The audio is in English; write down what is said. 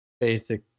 basic